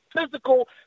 physical